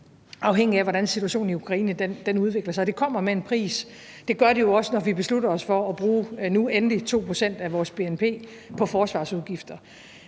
afhængigt af hvordan situationen i Ukraine udvikler sig. Det kommer med en pris. Det gør det jo også, når vi beslutter os for at bruge nu endelig 2 pct. af vores bnp på forsvarsudgifter.